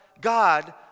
God